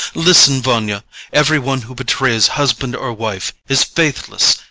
listen, vanya every one who betrays husband or wife is faithless,